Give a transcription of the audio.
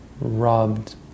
robbed